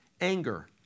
Anger